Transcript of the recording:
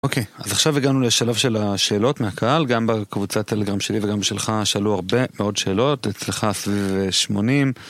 אוקיי, אז עכשיו הגענו לשלב של השאלות מהקהל, גם בקבוצת הטלגרם שלי וגם בשלך שאלו הרבה מאוד שאלות, אצלך סביב 80.